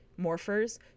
morphers